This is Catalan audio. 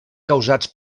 causats